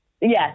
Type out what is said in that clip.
yes